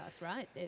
right